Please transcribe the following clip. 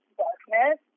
darkness